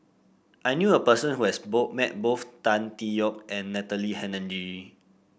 I knew a person who has met both Tan Tee Yoke and Natalie Hennedige